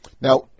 Now